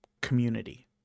Community